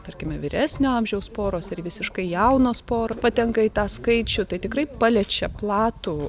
tarkime vyresnio amžiaus poros ir visiškai jaunos poro patenka į tą skaičių tai tikrai paliečia platų